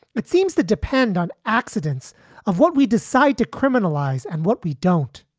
it seems to depend on accidents of what we decide to criminalize and what we don't.